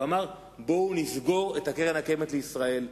הוא אמר: בואו נסגור את קרן קיימת לישראל,